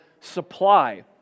supply